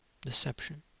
Deception